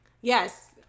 Yes